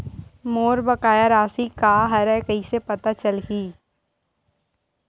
मोर बकाया राशि का हरय कइसे पता चलहि?